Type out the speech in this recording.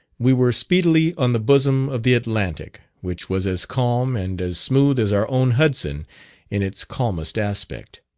we were speedily on the bosom of the atlantic, which was as calm and as smooth as our own hudson in its calmest aspect.